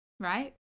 right